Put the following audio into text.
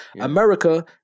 America